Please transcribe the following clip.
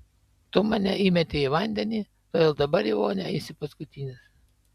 tu mane įmetei į vandenį todėl dabar į vonią eisi paskutinis